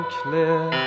clear